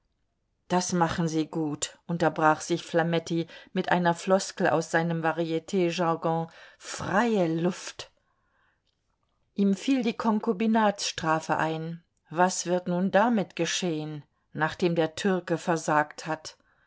das machen sie gut unterbrach sich flametti mit einer floskel aus seinem varietjargon freie luft ihm fiel die konkubinatsstrafe ein was wird nun damit geschehen nachdem der türke versagt hat